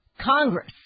Congress